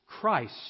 Christ